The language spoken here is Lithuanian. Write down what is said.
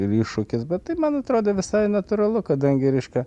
ir iššūkis bet tai man atrodė visai natūralu kadangi reiškia